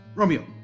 Romeo